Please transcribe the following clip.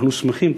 ואנחנו שמחים,